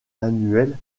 annuel